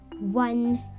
one